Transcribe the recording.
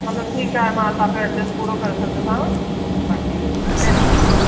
हलो ठीकु आहे मां तव्हां सां एडजस्ट पूरो करे छॾंदीमांव बाक़ी जय झूलेलाल